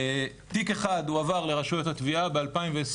תיק אחד הועבר לרשויות התביעה ב-2020.